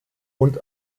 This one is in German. und